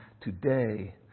today